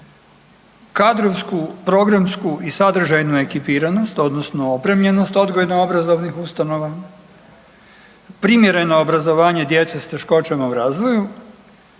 kadrovsku, programsku i sadržajnu ekipiranost odnosno opremljenost odgojno obrazovnih ustanova, primjereno obrazovanje djece s teškoćama u razvoju